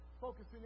focusing